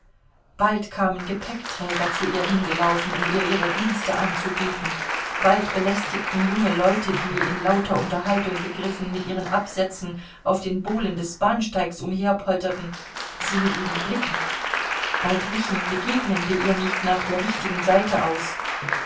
bald kamen gepäckträger zu ihr hingelaufen um ihr ihre dienste anzubieten bald belästigten junge leute die in lauter unterhaltung begriffen mit ihren absätzen auf den bohlen des bahnsteigs umherpolterten sie mit ihren blicken bald wichen begegnende ihr nicht nach der richtigen seite aus